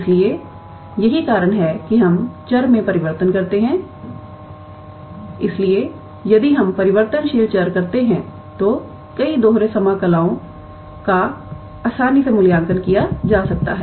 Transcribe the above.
इसलिए यही कारण है कि हम चर में परिवर्तन करते हैं इसलिए यदि हम परिवर्तनशील चर करते हैं तो कई दोहरे समाकलओं का आसानी से मूल्यांकन किया जा सकता है